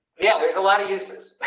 yeah, there's a lot of uses